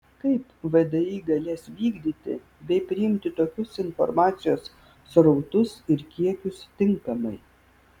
kaip vdi galės vykdyti bei priimti tokius informacijos srautus ir kiekius tinkamai